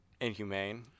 inhumane